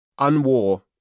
Unwar